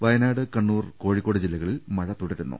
വയ്നാട് കണ്ണൂർ കോഴിക്കോട് ജില്ലകളിൽ മഴ തുടരുന്നു